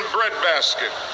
Breadbasket